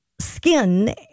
skin